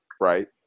right